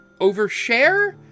overshare